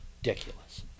ridiculous